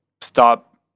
stop